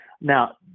Now